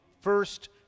first